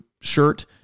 shirt